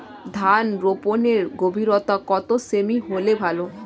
ধান রোপনের গভীরতা কত সেমি হলে ভালো?